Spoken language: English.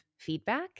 feedback